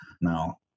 now